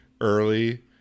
early